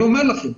אני אומר לכם,